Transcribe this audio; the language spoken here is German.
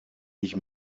ich